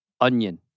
onion